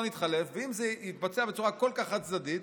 ואם זה יתבצע בצורה כל כך חד-צדדית,